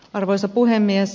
arvoisa puhemies